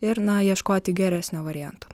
ir na ieškoti geresnio varianto